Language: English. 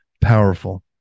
powerful